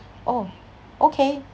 oh okay